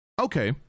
Okay